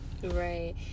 right